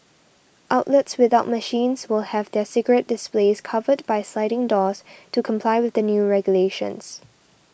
outlets without machines will have their cigarette displays covered by sliding doors to comply with the new regulations